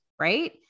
right